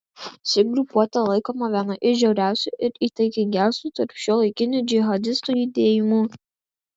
ši grupuotė laikoma viena iš žiauriausių ir įtakingiausių tarp šiuolaikinių džihadistų judėjimų